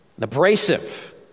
abrasive